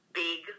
big